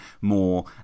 more